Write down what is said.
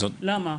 למה?